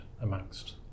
amongst